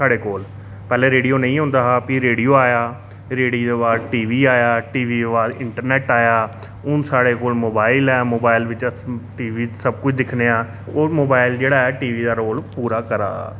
साढ़े कोल पैहलें रेडियो नेईं होंदा हा फिर रेडियो आया रेडियो दे बाद टी वी आया टी वी दे बाद इंटरनेट आया हुन साढ़े कोल मोबाइल ऐ मोबाइल बिच्च अस टी वी सब किश दिक्खने आं और मोबाइल जेह्ड़ा ऐ टी वी दा रोल पूरा करा दा